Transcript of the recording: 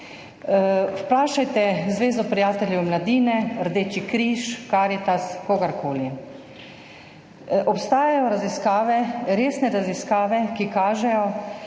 vprašajte Zvezo prijateljev mladine, Rdeči križ, Karitas, kogarkoli. Obstajajo raziskave, resne raziskave, ki kažejo,